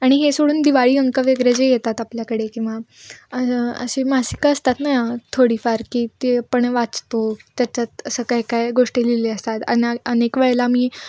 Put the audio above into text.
आणि हे सोडून दिवाळी अंक वगैरे जे येतात आपल्याकडे किंवा अशी मासिकं असतात ना थोडीफार की ते आपण वाचतो त्याच्यात असं काय काय गोष्टी लिहिली असतात अना अनेक वेळेला मी